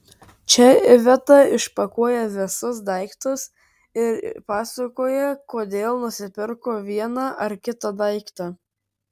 čia iveta išpakuoja visus daiktus ir pasakoja kodėl nusipirko vieną ar kitą daiktą